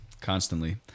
constantly